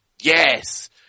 yes